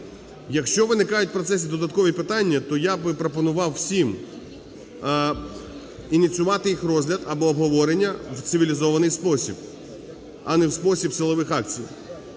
Якщо виникають в процесі додаткові питання, то я би пропонував усім ініціювати їх розгляд або обговорення в цивілізований спосіб, а не в спосіб силових акцій.